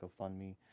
GoFundMe